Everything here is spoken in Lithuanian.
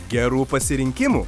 gerų pasirinkimų